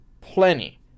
plenty